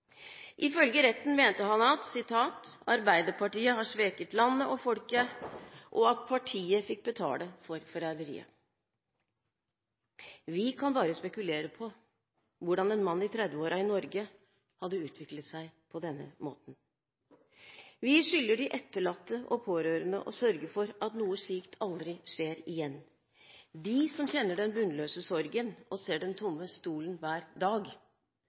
Ifølge retten mente han at Arbeiderpartiet har sveket landet og folket, og at partiet fikk betale for forræderiet. Vi kan bare spekulere på hvordan en mann i trettiårene i Norge kan ha utviklet seg på denne måten. Vi skylder de etterlatte og pårørende – de som kjenner den bunnløse sorgen, og ser den tomme stolen hver dag